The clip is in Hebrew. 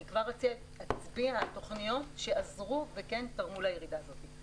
אני כבר אצביע על תוכניות שעזרו וכן תרמו לירידה הזאת.